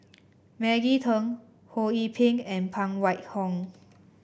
Maggie Teng Ho Yee Ping and Phan Wait Hong